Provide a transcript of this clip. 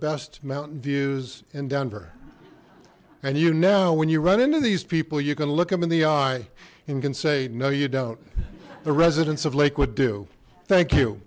best mountain views in denver and you now when you run into these people you can look them in the eye and can say no you don't the residents of lakewood do thank you